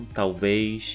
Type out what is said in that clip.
talvez